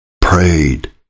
prayed